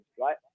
right